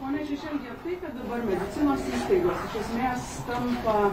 pone šešelgi tai kad dabar medicinos įstaigos iš esmės tampa